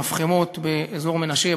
המפחמות באזור מנשה,